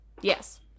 yes